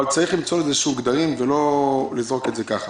צריך למצוא גדרים ולא לזרוק את זה ככה.